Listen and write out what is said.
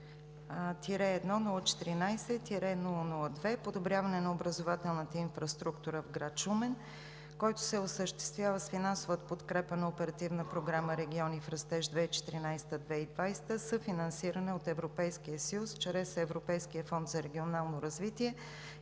„BG16RF0P001-1.014-002 „Подобряване на образователната инфраструктура в град Шумен“, който се осъществява с финансовата подкрепа на Оперативна програма „Региони в растеж 2014 – 2020“ – съфинансиране от Европейския съюз чрез Европейския фонд за регионално развитие,